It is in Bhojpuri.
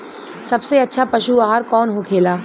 सबसे अच्छा पशु आहार कौन होखेला?